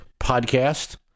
podcast